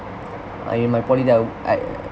ah in my poly there I'd I